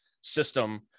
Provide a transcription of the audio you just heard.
system